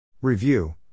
Review